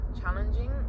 challenging